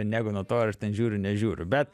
negu nuo to ar ten žiūriu nežiūriu bet